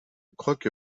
croque